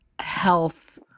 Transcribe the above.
health